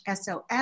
SOS